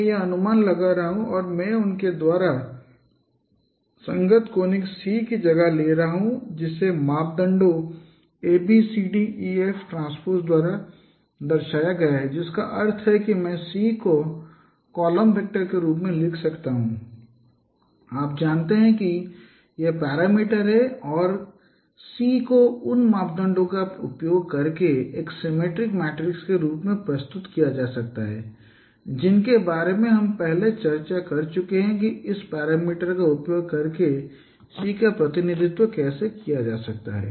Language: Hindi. मैं यह अनुमान लगा रहा हूँ और मैं उनके द्वारा संगत कोनिक C की जगह ले रहा हूँ और जिसे मापदंडों T द्वारा दर्शाया गया है जिसका अर्थ है कि मैं C को column vector a b c d e f के रूप में लिख सकता हूँ आप जानते हैं कि ये पैरामीटर हैं और सी को उन मापदंडों का उपयोग करके एक सिमेट्रिक मैट्रिक्स के रूप में प्रस्तुत किया जा सकता है जिनके बारे में हम पहले चर्चा कर चुके हैं कि इस पैरामीटर का उपयोग करके सी का प्रतिनिधित्व कैसे किया जा सकता है